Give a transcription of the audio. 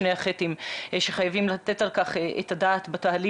שני החי"תים שחייבים לתת על כך את הדעת בתהליך,